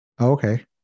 Okay